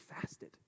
fasted